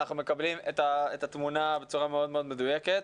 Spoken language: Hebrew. אנחנו מקבלים את התמונה בצורה מאוד מדויקת.